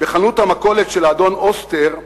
בחנות המכולת של האדון אוסטר: